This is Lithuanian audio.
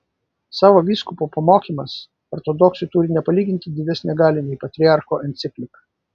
savo vyskupo pamokymas ortodoksui turi nepalyginti didesnę galią nei patriarcho enciklika